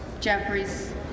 Jeffries